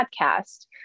podcast